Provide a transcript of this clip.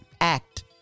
Act